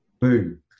boom